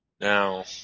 Now